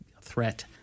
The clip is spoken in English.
threat